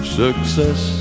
success